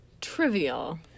trivial